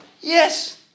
Yes